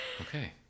okay